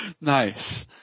Nice